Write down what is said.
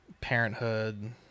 parenthood